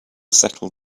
settle